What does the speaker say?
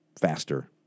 faster